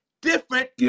Different